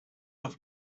off